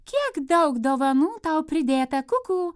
kiek daug dovanų tau pridėta kukū